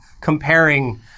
comparing